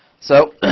so